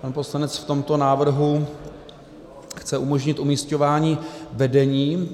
Pan poslanec v tomto návrhu chce umožnit umisťování vedení